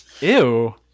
Ew